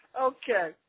Okay